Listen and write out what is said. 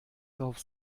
drauf